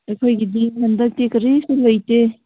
ꯑꯩꯈꯣꯏꯒꯤꯗꯤ ꯍꯟꯗꯛꯇꯤ ꯀꯔꯤꯁꯨ ꯂꯩꯇꯦ